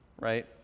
right